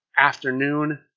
afternoon